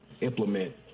implement